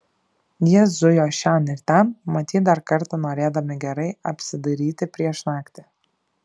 jie zujo šen ir ten matyt dar kartą norėdami gerai apsidairyti prieš naktį